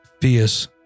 fierce